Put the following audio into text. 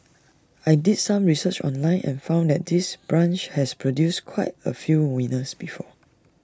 I did some research online and found that this branch has produced quite A few winners before